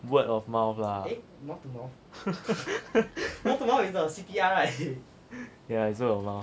word of mouth lah yeah it's word of mouth